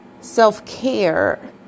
self-care